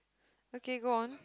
okay go on